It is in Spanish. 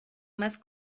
más